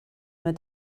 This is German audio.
mit